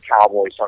Cowboys